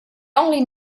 only